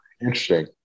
Interesting